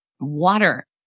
water